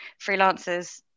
freelancers